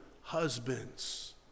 husbands